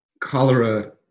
Cholera